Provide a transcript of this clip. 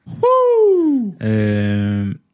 Woo